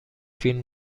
فیلم